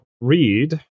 read